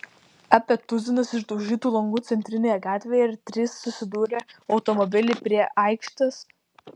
apie tuzinas išdaužytų langų centrinėje gatvėje ir trys susidūrę automobiliai prie aikštės